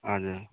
हजुर